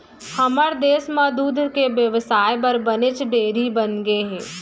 हमर देस म दूद के बेवसाय बर बनेच डेयरी बनगे हे